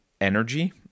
energy